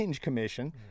Commission